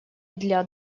для